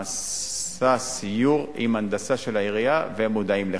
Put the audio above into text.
נעשה סיור עם ההנדסה של העירייה והם מודעים לכך".